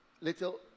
little